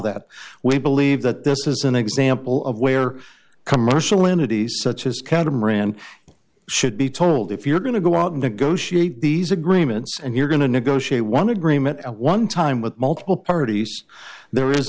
that we believe that this is an example of where commercial entities such as catamaran should be told if you're going to go out and negotiate these agreements and you're going to negotiate one agreement at one time with multiple parties there is